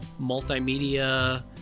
multimedia